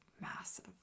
massive